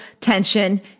tension